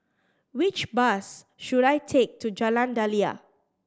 which bus should I take to Jalan Daliah